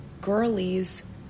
girlies